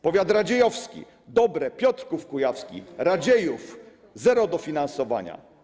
Powiat radziejowski: Dobre, Piotrków Kujawski, Radziejów - zero dofinansowania.